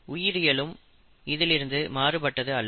உயிரியலும் இதிலிருந்து மாறுபட்டது அல்ல